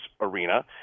arena